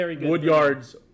Woodyard's